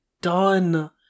done